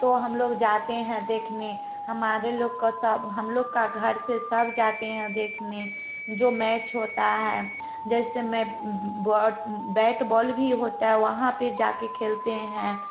तो हम लोग जाते है देखने हमारे लोग का सब हम लोग के घर से सब जाते है देखने जो मैच होता है जैसे में बैट बॉल भी होता हा है वहाँ पर जा कर खेलते हैं